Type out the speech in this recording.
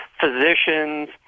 physicians